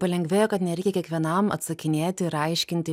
lengvėja kad nereikia kiekvienam atsakinėti ir aiškinti